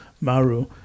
Maru